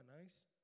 nice